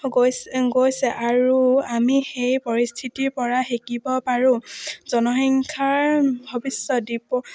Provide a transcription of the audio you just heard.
গৈছে গৈছে আৰু আমি সেই পৰিস্থিতিৰপৰা শিকিব পাৰোঁ জনসংখ্যাৰ ভৱিষ্যত দ্বীপ